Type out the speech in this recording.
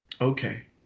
Okay